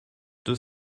deux